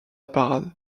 parade